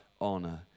honor